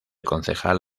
concejal